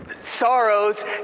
sorrows